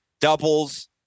doubles